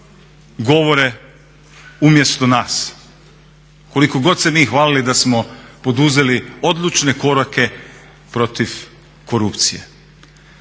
govore umjesto nas. Koliko god se mi hvalili da smo poduzeli odlučne korake protiv korupcije.